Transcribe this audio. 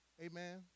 amen